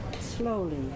Slowly